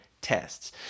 tests